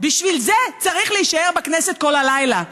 בשביל זה צריך להישאר בכנסת כל הלילה.